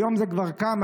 היום זה כבר קם.